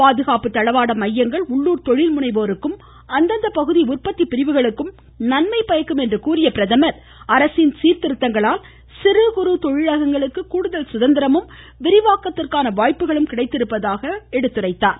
பாதுகாப்பு தளவாட மையங்கள் உள்ளுர் தொழில்முனைவோருக்கும் அந்தந்த பகுதி உந்பத்தி பிரிவுகளுக்கும் நன்மை பயக்கும் என்று கூறிய அவர் அரசின் சீர்திருத்தங்களால் சிறு குறு தொழிலகங்களுக்கு கூடுதல் சுதந்தரமும் விரிவாக்கத்திற்கான வாய்ப்புகளும் கிடைத்திருப்பதாக குறிப்பிட்டார்